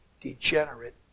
degenerate